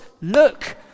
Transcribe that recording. look